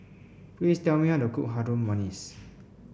please tell me how to cook Harum Manis